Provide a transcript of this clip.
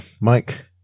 mike